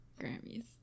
Grammys